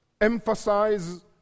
emphasize